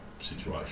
situation